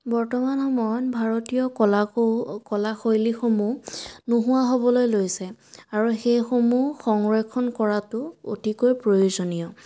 বৰ্তমান সময়ত ভাৰতীয় কলা কৌ কলা শৈলীসমূহ নোহোৱা হ'বলৈ লৈছে আৰু সেইসমূহ সংৰক্ষণ কৰাটো অতিকৈ প্ৰয়োজনীয়